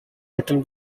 written